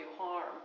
harm